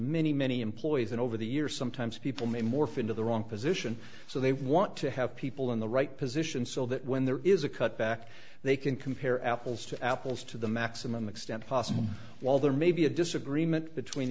many many employees and over the years sometimes people may morph into the wrong position so they want to have people in the right position so that when there is a cutback they can compare apples to apples to the maximum extent possible while there may be a disagreement between